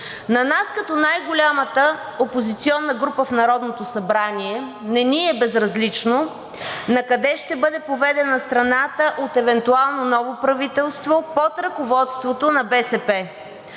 На нас като най-голямата опозиционна група в Народното събрание не ни е безразлично накъде ще бъде поведена страната от евентуално ново правителство под ръководството на БСП.